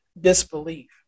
disbelief